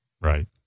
Right